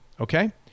Okay